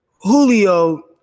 Julio